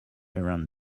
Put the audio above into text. around